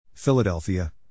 Philadelphia